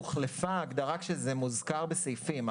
הוחלפה ההגדרה כאשר זה מוזכר בסעיפים,